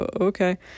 Okay